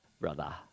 brother